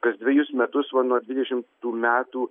kas dvejus metus va nuo dvidešimtų metų